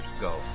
go